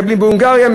מקבלים בהונגריה.